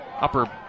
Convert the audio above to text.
upper